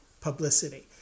publicity